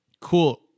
Cool